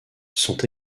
sont